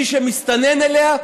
מי שמסתנן אלינו,